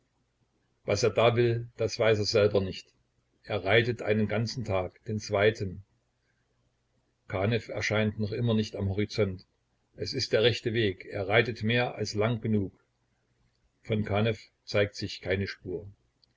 was er da will das weiß er selber nicht er reitet einen ganzen tag den zweiten kanew erscheint noch immer nicht am horizont es ist der rechte weg er reitet mehr als lang genug von kanew zeigt sich keine spur